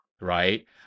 right